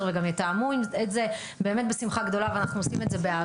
וגם יתאמו את זה; באמת בשמחה גדולה ואנחנו עושים את זה באהבה,